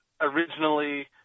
originally